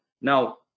now